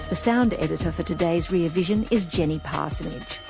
sound editor for today's rear vision is jenny parsonage,